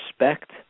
respect